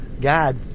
God